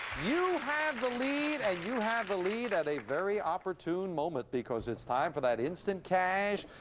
you have the lead, and you have the lead at a very opportune moment because it's time for that instant cash.